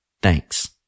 Thanks